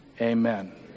amen